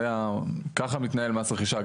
ככה מתנהל מס רכישה,